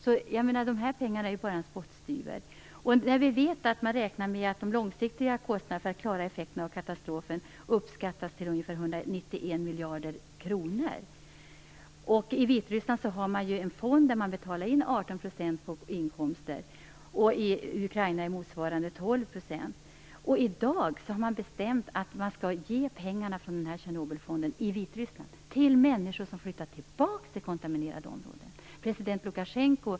Så dessa pengar är bara en spottstyver, när vi vet att de långsiktiga kostnaderna för att klara effekterna av katastrofen uppskattas till I Vitryssland har man en fond där man avsätter 18 % av sina inkomster. I Ukraina är motsvarande siffra 12 %. I dag har man bestämt att man skall ge pengarna från fonden i Vitryssland till människor som flyttar tillbaka till kontaminerade områden.